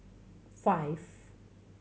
five